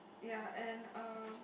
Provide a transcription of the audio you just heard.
ya and uh